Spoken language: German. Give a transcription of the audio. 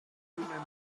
zunehmend